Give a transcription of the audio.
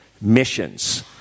missions